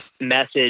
message